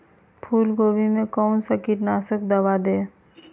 फूलगोभी में कौन सा कीटनाशक दवा दे?